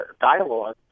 dialogue